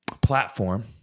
platform